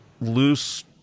loose